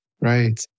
Right